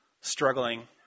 struggling